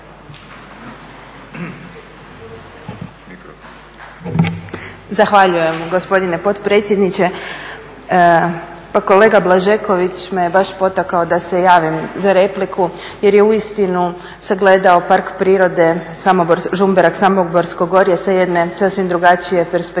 Zahvaljujem gospodine potpredsjedniče. Pa kolega Blažeković me je baš potakao da se javim za repliku jer je uistinu sagledao Park prirode, Žumberak, Samoborsko gorje sa jedne sasvim drugačije perspektive,